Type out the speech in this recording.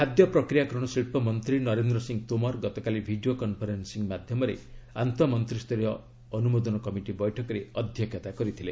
ଖାଦ୍ୟ ପ୍ରକ୍ରିୟାକରଣ ଶିଳ୍ପ ମନ୍ତ୍ରୀ ନରେନ୍ଦ୍ର ସିଂହ ତୋମର ଗତକାଲି ଭିଡ଼ିଓ କନ୍ଫରେନ୍ସିଂ ମାଧ୍ୟମରେ ଆନ୍ତଃ ମନ୍ତ୍ରିସ୍ତରୀୟ ଅନୁମୋଦନ କମିଟି ବୈଠକରେ ଅଧ୍ୟକ୍ଷତା କରିଥିଲେ